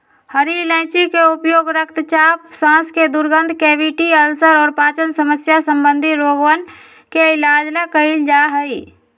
हरी इलायची के उपयोग रक्तचाप, सांस के दुर्गंध, कैविटी, अल्सर और पाचन समस्या संबंधी रोगवन के इलाज ला कइल जा हई